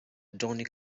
donnie